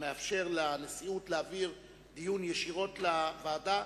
המאפשר לנשיאות להעביר דיון ישירות לוועדה,